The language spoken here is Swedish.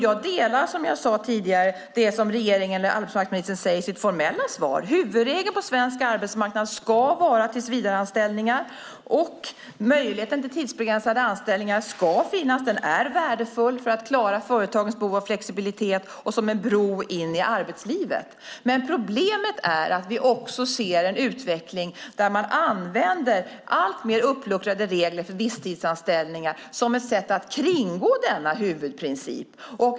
Jag delar, som jag sade tidigare, synen i det som regeringen och arbetsmarknadsministern säger i sitt formella svar: Huvudregeln på svensk arbetsmarknad ska vara tillsvidareanställningar. Möjligheten till tidsbegränsade anställningar ska finnas. Den är värdefull för att klara företagens behov av flexibilitet och som en bro in i arbetslivet. Men problemet är att vi också ser en utveckling där man använder alltmer uppluckrade regler för visstidsanställningar som ett sätt att kringgå denna huvudprincip.